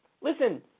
listen